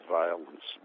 violence